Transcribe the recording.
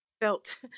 felt